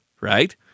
right